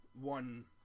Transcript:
one